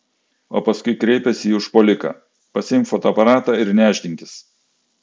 o paskui kreipėsi į užpuoliką pasiimk fotoaparatą ir nešdinkis